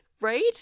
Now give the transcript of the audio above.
Right